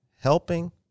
helping